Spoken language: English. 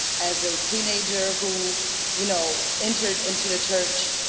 as a teenager, who you know entered into the church,